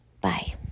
Bye